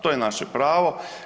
To je naše pravo.